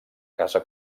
casa